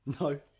No